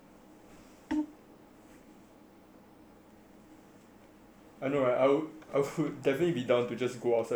I know I would I would definitely be down to just go outside to find work and do sia